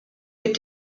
mit